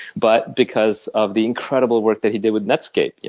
but because of the incredible work that he did with netscape.